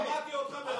שמעתי אותך,